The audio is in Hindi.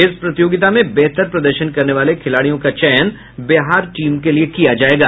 इस प्रतियोगिता में बेहतर प्रदर्शन करने वाले खिलाड़ियों का चयन बिहार टीम के लिये किया जायेगा